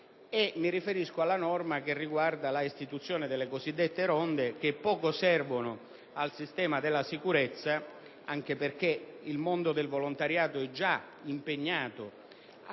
ed alla norma che riguarda l'istituzione delle cosiddette ronde, che poco servono al sistema della sicurezza, anche perché il mondo del volontariato è già impegnato a